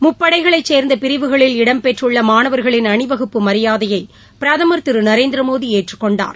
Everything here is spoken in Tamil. முப்படைகளை சேர்ந்த பிரிவுகளில் இடம்பெற்றுள்ள மாணவர்களின் அணிவகுப்பு மரியாதையை பிரதமர் திரு நரேந்திரமோடி ஏற்றுக்கொண்டார்